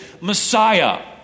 Messiah